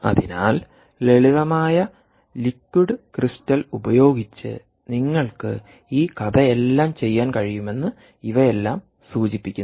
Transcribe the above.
അതിനാൽ ലളിതമായ liquid crystal ഉപയോഗിച്ച് നിങ്ങൾക്ക് ഈ കഥയെല്ലാം ചെയ്യാൻ കഴിയുമെന്ന് ഇവയെല്ലാം സൂചിപ്പിക്കുന്നു